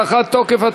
הארכת תוקף),